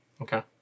Okay